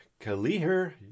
Kaliher